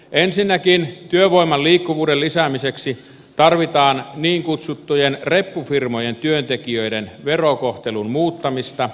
ensinnäkin työvoiman liikkuvuuden lisäämiseksi tarvitaan niin kutsuttujen reppufirmojen työntekijöiden verokohtelun muuttamista